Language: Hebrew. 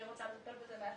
אני רוצה לטפל בזה בעצמי,